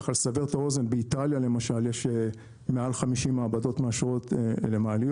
ככה לסבר את האוזן באיטליה למשל יש מעל 50 מעבדות מאשרות למעליות,